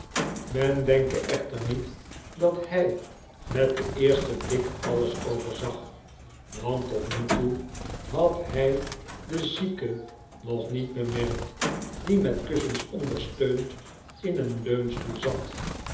men denke echter niet dat hij met den eersten blik alles overzag want tot nu toe had hij den zieke nog niet bemerkt die met kussens ondersteund in een leunstoel zat